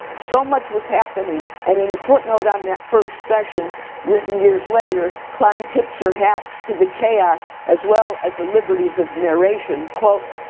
so much was happening and in a footnote on that first session written years later, klein tips her hat to the chaos as well as the liberties of narration, quote,